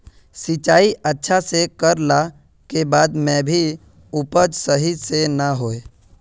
सिंचाई अच्छा से कर ला के बाद में भी उपज सही से ना होय?